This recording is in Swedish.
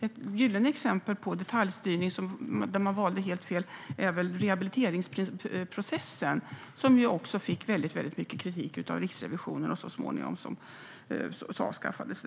Ett gyllene exempel på detaljstyrning där man valde helt fel är väl rehabiliteringsprocessen, som fick mycket kritik av Riksrevisionen och så småningom avskaffades.